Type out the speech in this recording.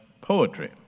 poetry